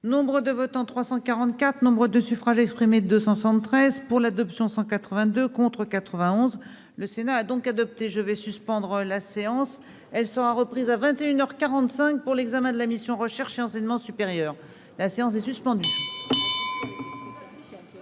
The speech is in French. Nombre de votants 344 Nombre de suffrages exprimés 273 pour l'adoption 182 contre 91, le Sénat a donc adopté, je vais suspendre la séance, elle sera reprise à 21 heures 45 pour l'examen de la mission recherche et enseignement supérieur, la séance est suspendue.